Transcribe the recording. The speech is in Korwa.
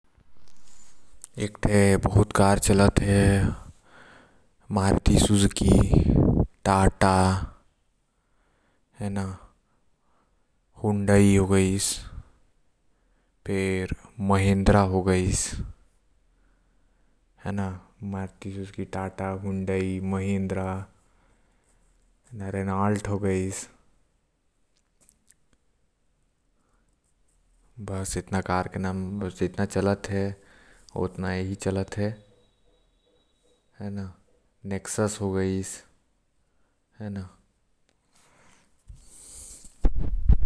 Maruti Suzuki हो गइस टाटा हो गइस हुंडई हो गइस महेन्द्र हो गइस आऊ रिनॉल्ट हो गइस आऊ शेवरोलेट हो गइस आऊ टोयोटा हो गइस।